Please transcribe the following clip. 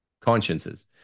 consciences